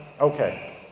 Okay